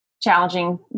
challenging